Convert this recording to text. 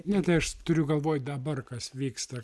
ne tai aš turiu galvoj dabar kas vyksta